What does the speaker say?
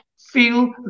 feel